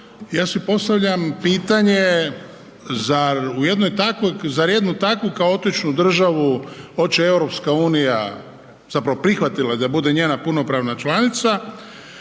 ja si postavljam pitanje, zar jednu takvu kaotičnu državu oče EU, zapravo prihvatila je da bude njena punopravna članica,